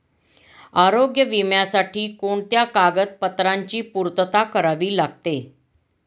आरोग्य विम्यासाठी कोणत्या कागदपत्रांची पूर्तता करावी लागते?